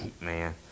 man